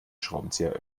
schraubenzieher